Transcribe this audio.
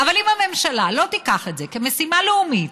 אבל אם הממשלה לא תיקח את זה כמשימה לאומית,